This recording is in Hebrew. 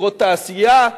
חברות תעשייה,